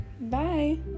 Bye